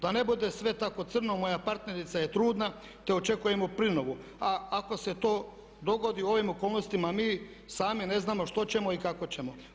Da ne bude sve tako crno, moja partnerica je trudna te očekujemo prinovu a ako se to dogodi u ovim okolnostima mi sami ne znamo što ćemo i kako ćemo.